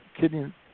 kidney